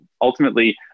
ultimately